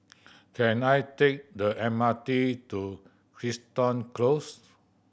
can I take the M R T to Crichton Close